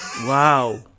Wow